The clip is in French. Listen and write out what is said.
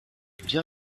bien